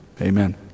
amen